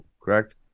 correct